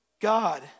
God